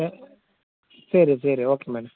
எ சரி சரி okay madam